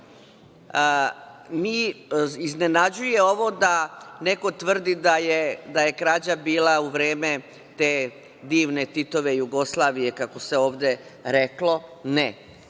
bilo. Iznenađuje ovo da neko tvrdi da je krađa bila u vreme te divne Titove Jugoslavije, kako se ovde reklo. Ne,